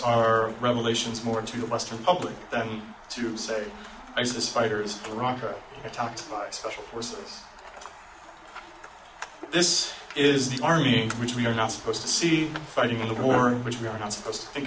are revelations more to the western public than to say isis fighters barranca attacked by special forces this is the army which we are not supposed to see fighting in the war which we are not supposed to think